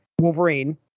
Wolverine